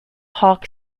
hawk